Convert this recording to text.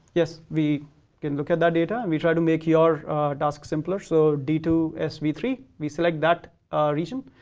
yes. v can look at that data and will try to make your task simpler. so, d two s v three, we select that region,